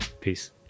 Peace